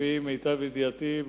לפי מיטב ידיעתי,